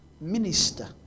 minister